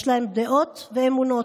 יש להם דעות ואמונות.